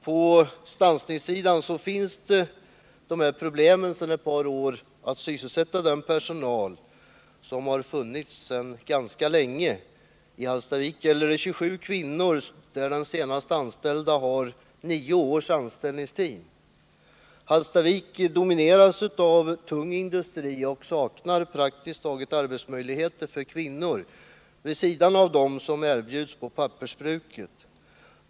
På stansningssidan har man sedan ett par år tillbaka problem med att sysselsätta den personal som har arbetat ganska länge. Det gäller t.ex. i Hallstavik, där 27 kvinnor arbetar och där den senast anställda har nio års anställningstid. Hallstavik domineras av tung industri och saknar praktiskt taget arbetsmöjligheter för kvinnor vid sidan av dem som erbjuds på pappersbruket.